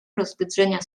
rozwydrzenia